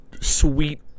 sweet